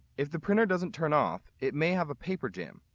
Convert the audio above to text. if the printer doesn't turn off, it may have a paper jam,